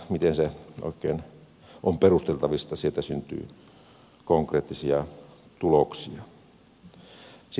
miten se oikein on perusteltavissa että sieltä syntyy konkreettisia tuloksia